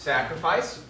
Sacrifice